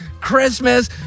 Christmas